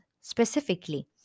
specifically